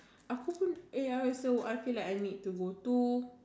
aku pun eh ya so I feel like I need to go to